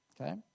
Okay